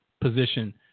position